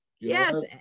Yes